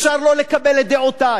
אפשר לא לקבל את דעותי,